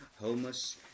homeless